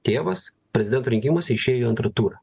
tėvas prezidento rinkimuose išėjo į antrą turą